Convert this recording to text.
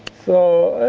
so,